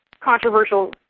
controversial